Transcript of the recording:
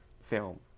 film